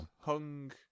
Hung